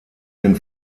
den